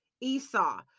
Esau